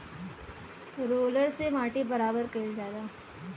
roller से माटी बराबर कइल जाला